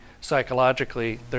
psychologically